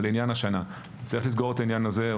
אבל לעניין השנה, צריך לסגור את העניין הזה.